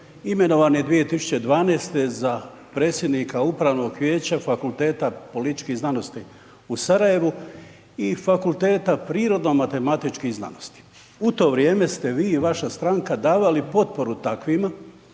imenovan je 2012. za predsjednika Upravnog vijeća Fakulteta političkih znanosti u Sarajevu i Fakulteta prirodno-matematičkih znanosti. U to vrijeme ste vi i vaša stranka davali potporu takvima